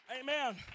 Amen